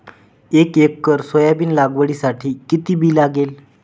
एक acre soybean लागवडीसाठी किती बी लागेल?